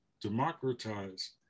democratize